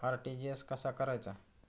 RTGS कसा करायचा?